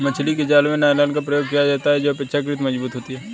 मछली के जाल में नायलॉन का प्रयोग किया जाता है जो अपेक्षाकृत मजबूत होती है